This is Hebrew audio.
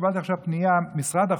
קיבלתי עכשיו פנייה: משרד החוץ,